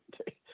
Okay